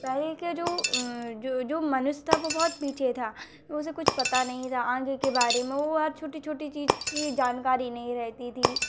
और उनके जो जो जो मनुष्य था वो बहुत पीछे था उसे कुछ पता नहीं था आगे के बारे में वो आज छोटी छोटी चीज की जानकारी नहीं रहती थी